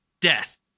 death